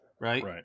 right